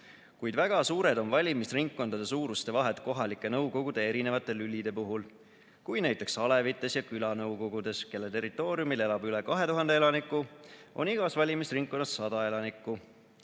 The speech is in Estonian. Kuid väga suured on valimisringkondade suuruste vahed kohalike nõukogude erinevate lülide puhul. Kui näiteks alevites ja külanõukogudes, kelle territooriumil elab üle 2000 elaniku, on igas valimisringkonnas 100 elanikku,